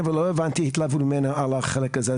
ולא הבנתי התלהבות ממנו על החלק הזה.